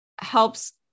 helps